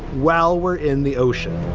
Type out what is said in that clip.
well, we're in the ocean,